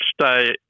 stay